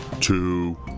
two